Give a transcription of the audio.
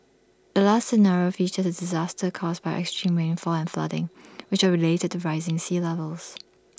the last scenario features A disaster caused by extreme rainfall and flooding which are related to rising sea levels